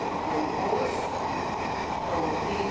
ਡੋਵੋਸ ਟੋਟੀ